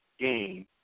game